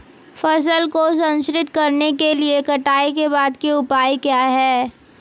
फसल को संरक्षित करने के लिए कटाई के बाद के उपाय क्या हैं?